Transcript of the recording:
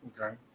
Okay